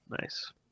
nice